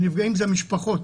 הנפגעים זה המשפחות